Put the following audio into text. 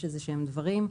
יש איזה שהם דברים,